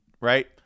right